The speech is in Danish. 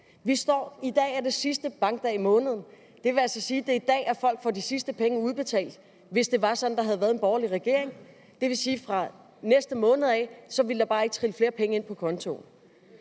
da? I dag er det sidste bankdag i måneden. Det vil altså sige, at det er i dag, at folk ville have fået de sidste penge udbetalt, hvis der havde været en borgerlig regering. Det vil sige, at fra næste måned ville der bare ikke trille flere penge ind på kontoen.